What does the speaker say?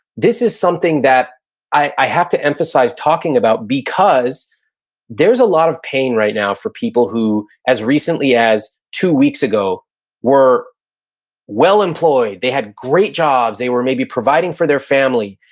this is something that i have to emphasize talking about because there's a lot of pain right now for people who, as recently as two weeks ago were well-employed, they had great jobs, they were maybe providing for their family,